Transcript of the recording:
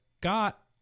got